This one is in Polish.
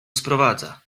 sprowadza